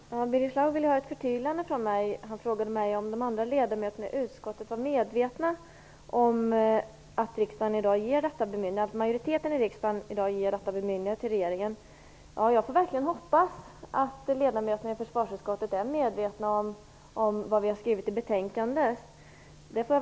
Herr talman! Birger Schlaug ville ha ett förtydligande från mig. Han frågade mig om de andra ledamöterna i utskottet var medvetna om att riksdagen i dag kommer att ge detta bemyndigande, dvs. att majoriteten i riksdagen ger detta bemyndigande till regeringen. Jag får verkligen hoppas att ledamöterna i försvarsutskottet är medvetna om vad vi har skrivit i betänkandet.